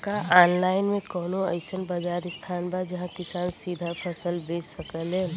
का आनलाइन मे कौनो अइसन बाजार स्थान बा जहाँ किसान सीधा फसल बेच सकेलन?